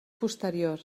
posterior